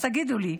אז תגידו לי,